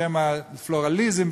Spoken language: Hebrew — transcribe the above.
בשם הפלורליזם,